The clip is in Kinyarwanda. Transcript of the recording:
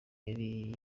yari